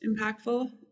impactful